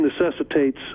necessitates